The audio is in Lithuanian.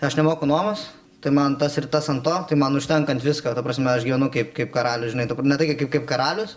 aš nemoku nuomos tai man tas ir tas ant to tai man užtenka ant visko ta prasme aš gyvenu kaip kaip karalius žinai dabar ne tai taip kad karalius